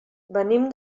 venim